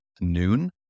noon